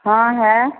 हाँ है